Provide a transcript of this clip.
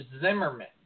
Zimmerman